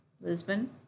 Lisbon